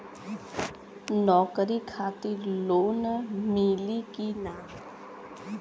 नौकरी खातिर लोन मिली की ना?